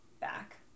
back